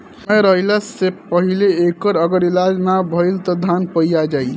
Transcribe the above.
समय रहला से पहिले एकर अगर इलाज ना भईल त धान पइया जाई